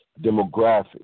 demographic